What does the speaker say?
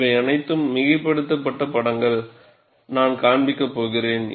இவை அனைத்தும் மிகைப்படுத்தப்பட்ட படங்கள் நான் காண்பிக்க போகிறேன்